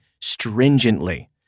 stringently